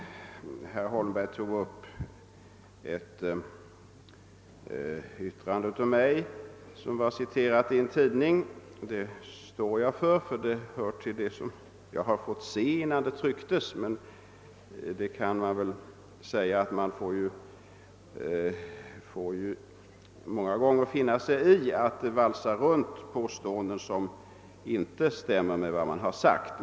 Herr Holmberg tog upp ett yttrande av mig som han citerat från en tidning. Detta uttalande står jag för eftersom jag fått se det innan det kom i tryck, men jag vill säga att man många gånger får finna sig i att det valsas runt med påståenden som inte stämmer med vad som egentligen sagts.